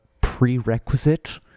prerequisite